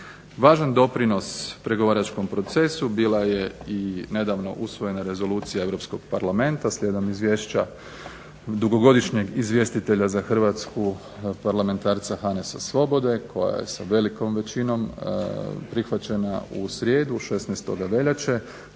Važan doprinos pregovaračkom procesu bila je nedavno usvojena rezolucija Europskog parlamenta, slijedom izvješća dugogodišnjeg izvjestitelja za Hrvatsku parlamentarca Hanesa Svobode koja je velikom većinom prihvaćena u srijedu 16. veljače,